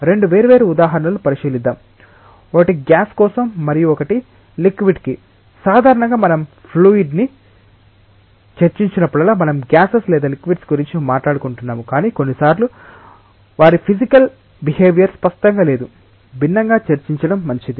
2 వేర్వేరు ఉదాహరణలను పరిశీలిద్దాం ఒకటి గ్యాస్ కోసం మరియు మరొకటి లిక్విడ్ కి సాధారణంగా మనం ఫ్లూయిడ్ ను చర్చించినప్పుడల్లా మనం గ్యాసెస్ లేదా లిక్విడ్స్ గురించి మాట్లాడుకుంటున్నాము కానీ కొన్నిసార్లు వారి ఫిసికల్ బిహేవియర్ స్పష్టంగా లేదా భిన్నంగా చర్చించడం మంచిది